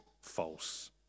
false